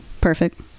Perfect